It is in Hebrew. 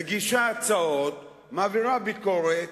מגישה הצעות, מעבירה ביקורת,